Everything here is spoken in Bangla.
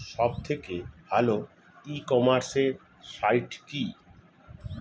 সব থেকে ভালো ই কমার্সে সাইট কী?